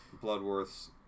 Bloodworth's